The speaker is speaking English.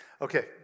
Okay